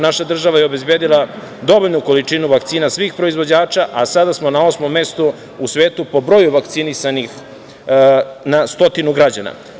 Naša država je obezbedila dovoljnu količinu vakcina svih proizvođača, a sada smo na osmom mestu u svetu po broju vakcinisanih na stotinu građana.